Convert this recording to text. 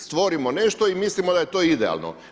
Stvorimo nešto i mislimo da je to idealno.